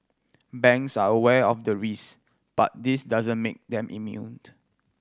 banks are aware of the risk but this doesn't make them immune